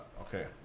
Okay